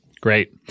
Great